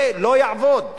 זה לא יעבוד.